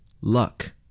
Luck